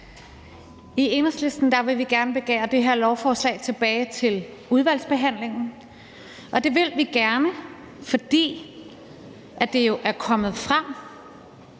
I Enhedslisten vil vi gerne begære det her lovforslag tilbage til udvalgsbehandlingen, og det vil vi gerne, fordi det jo er kommet frem,